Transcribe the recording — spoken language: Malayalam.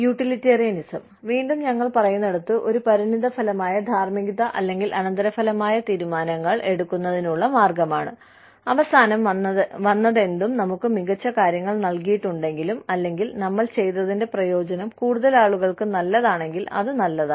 യൂട്ടിലിറ്റേറിയനിസം വീണ്ടും ഞങ്ങൾ പറയുന്നിടത്ത് ഒരു പരിണതഫലമായ ധാർമ്മികത അല്ലെങ്കിൽ അനന്തരഫലമായ തീരുമാനങ്ങൾ എടുക്കുന്നതിനുള്ള മാർഗമാണ് അവസാനം വന്നതെന്തും നമുക്ക് മികച്ച കാര്യങ്ങൾ നൽകിയിട്ടുണ്ടെങ്കിലും അല്ലെങ്കിൽ നമ്മൾ ചെയ്തതിന്റെ പ്രയോജനം കൂടുതൽ ആളുകൾക്ക് നല്ലതാണെങ്കിൽ അത് നല്ലതാണ്